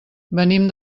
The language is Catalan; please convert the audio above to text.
venim